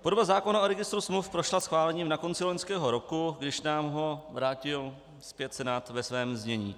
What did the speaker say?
Tvorba zákona o registru smluv prošla schválením na konci loňského roku, když nám ho vrátil zpět Senát ve svém znění.